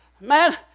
Man